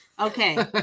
Okay